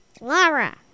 Laura